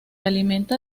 alimenta